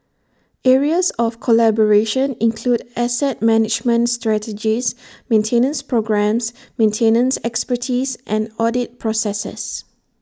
areas of collaboration include asset management strategies maintenance programmes maintenance expertise and audit processes